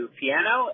piano